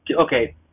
Okay